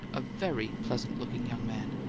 a very pleasant-looking young man,